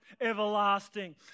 everlasting